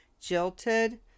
jilted